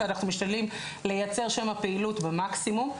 ואנחנו משתדלים לייצר שם פעילות במקסימום.